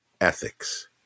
ethics